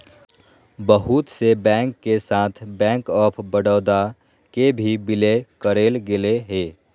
बहुत से बैंक के साथ बैंक आफ बडौदा के भी विलय करेल गेलय हें